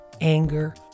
anger